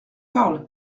parle